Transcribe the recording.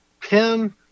pin